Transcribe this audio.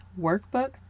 workbook